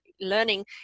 learning